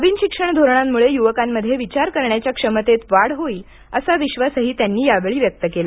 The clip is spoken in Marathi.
नवीन शिक्षण धोरणामुळं युवकांमध्ये विचार करण्याच्या क्षमतेत वाढ होईल असा विश्वासही त्यांनी यावेळी व्यक्त केला